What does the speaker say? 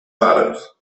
pares